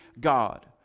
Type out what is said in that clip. God